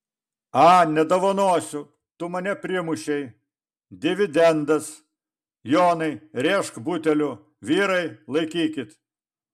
a nedovanosiu tu mane primušei dividendas jonai rėžk buteliu vyrai laikykit